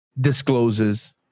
discloses